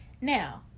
Now